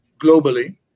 globally